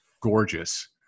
gorgeous